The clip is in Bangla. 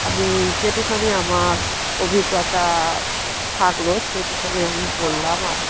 আমি যেটুকু আমার অভিজ্ঞতা থাকল সেটুকু আমি বললাম আর কি